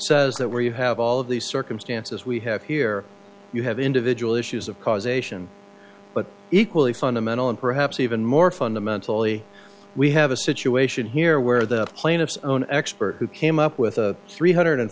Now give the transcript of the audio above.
says that where you have all of these circumstances we have here you have individual issues of causation but equally fundamental and perhaps even more fundamentally we have a situation here where the plaintiff's own expert who came up with a three hundred